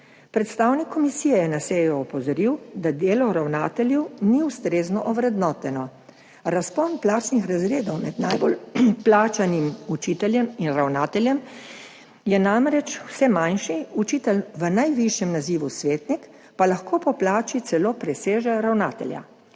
Predstavnik komisije je na seji opozoril, da delo ravnateljev ni ustrezno ovrednoteno. Razpon plačnih razredov med najbolj plačanim učiteljem in ravnateljem je namreč vse manjši, učitelj v najvišjem nazivu svetnik pa lahko po plači celo preseže ravnatelja.